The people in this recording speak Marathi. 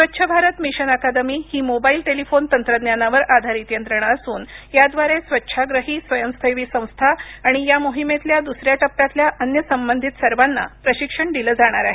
स्वच्छ भारत मिशन अकादमी ही मोबाईल टेलीफोन तंत्रज्ञानावर आधारित यंत्रणा असून याद्वारे स्वच्छाग्रही स्वयंसेवी संस्था आणि या मोहिमेतल्या दुसऱ्या टप्प्यातल्या अन्य संबंधित सर्वांना प्रशिक्षण दिलं जाणार आहे